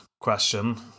question